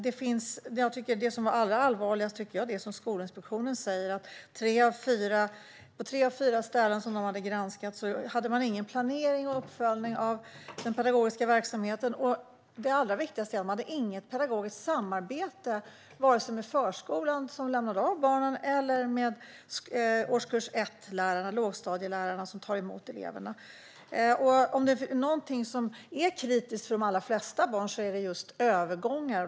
Det som jag tycker är allra allvarligast är det som Skolinspektionen säger, nämligen att tre av fyra som man granskade inte hade någon planering eller uppföljning av den pedagogiska verksamheten. Viktigast av allt var att de inte hade något pedagogiskt samarbete vare sig med den förskola som lämnar av barnen eller med de årskurs 1-lärare och lågstadielärare som tar emot eleverna. Om det är något som är kritiskt för de allra flesta barn är det just övergångar.